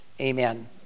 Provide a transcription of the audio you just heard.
amen